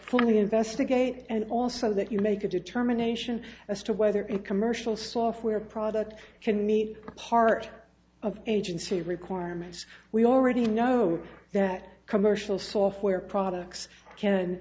investigate and also that you make a determination as to whether in commercial software products can meet part of agency requirements we already know that commercial software products